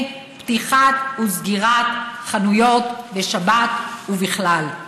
פתיחה וסגירה של חנויות בשבת ובכלל.